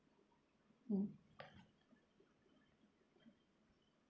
mm